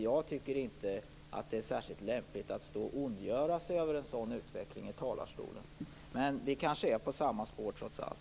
Jag tycker inte att det är särskilt lämpligt att stå och ondgöra sig över en sådan utveckling i talarstolen. Men vi kanske är på samma spår trots allt.